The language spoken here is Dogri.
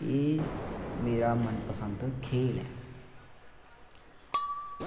एह् मेरा मनपसंद खेल ऐ